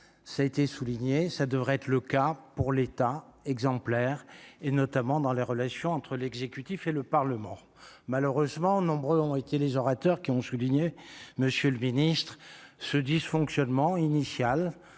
ça a été souligné ça devrait être le cas pour l'État exemplaire et notamment dans les relations entre l'exécutif et le Parlement, malheureusement, nombreux ont été les orateurs qui ont souligné monsieur le Ministre ce dysfonctionnement initial